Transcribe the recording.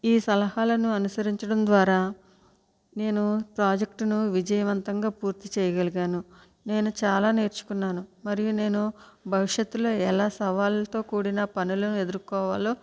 ఈ సలహాలను అనుసరించడం ద్వారా నేను ప్రాజెక్టును విజయవంతంగా పూర్తి చేయగలిగాను నేను చాలా నేర్చుకున్నాను మరియు నేను భవిష్యత్తులో ఎలా సవాల్తో కూడిన పనులు ఎదుర్కోవాలో